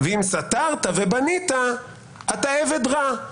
ואם סתרת ובנית, אתה עבד רע.